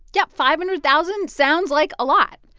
yeah. five hundred thousand sounds like a lot,